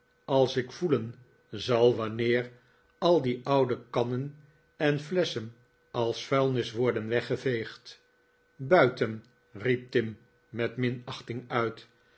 als ik voelen zal wanneer al die oude kannen en flesschen als vuilnis worden weggeveegd buiten riep tim met minachting uit